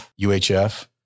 UHF